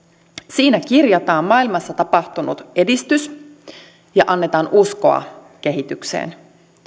siinä kirjataan maailmassa tapahtunut edistys ja annetaan uskoa kehitykseen